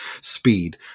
speed